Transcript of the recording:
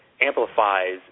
amplifies